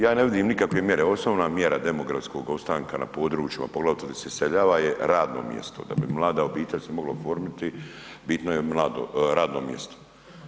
Ja ne vidim nikakve mjera, osnovna mjera demografskog ostanka na područjima poglavito gdje se iseljava je radno mjesto, da bi mlada obitelj se mogla oformiti bitno je radno mjesto.